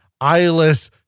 eyeless